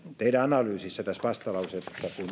teidän analyysissanne tässä vastalauseessa kun